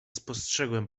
spostrzegłem